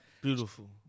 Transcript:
Beautiful